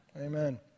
Amen